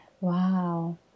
wow